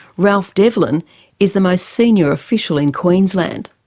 ralph devlin is the most senior official in queensland.